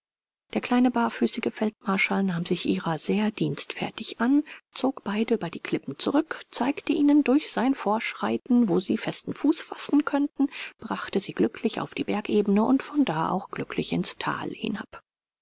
der kleine barfüßige feldmarschall nahm sich ihrer sehr dienstfertig an zog beide über die klippen zurück zeigte ihnen durch sein vorschreiten wo sie festen fuß fassen könnten brachte sie glücklich auf die bergebene und von da auch glücklich ins thal hinab